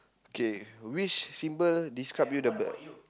okay which symbol describe you the best